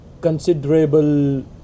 Considerable